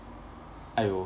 !aiyo!